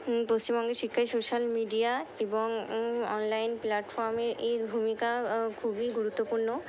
পশ্চিমবঙ্গের শিক্ষায় social media এবং অনলাইন প্ল্যাটফর্মের এর ভূমিকা খুবই গুরুত্বপূর্ণ